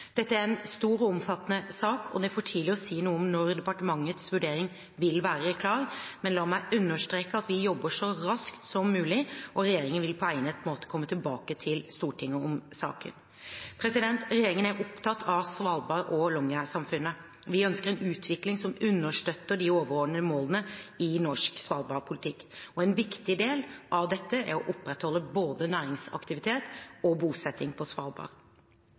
Dette er en stor og omfattende sak, og det er for tidlig å si noe om når departementets vurdering vil være klar, men la meg understreke at vi jobber så raskt som mulig, og regjeringen vil på egnet måte komme tilbake til Stortinget om saken. Regjeringen er opptatt av Svalbard og Longyearby-samfunnet. Vi ønsker en utvikling som understøtter de overordnede målene i norsk svalbardpolitikk. En viktig del av dette er å opprettholde både næringsaktivitet og bosetting på Svalbard.